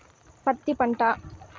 పత్తి పంట